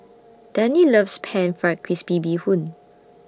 Dannie loves Pan Fried Crispy Bee Hoon